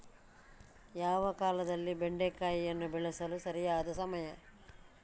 ಯಾವ ಕಾಲದಲ್ಲಿ ಬೆಂಡೆಕಾಯಿಯನ್ನು ಬೆಳೆಸಲು ಸರಿಯಾದ ಸಮಯ?